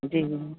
जी